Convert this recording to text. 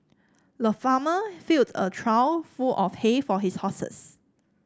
the farmer filled a trough full of hay for his horses